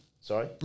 Sorry